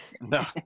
No